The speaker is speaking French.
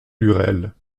lurel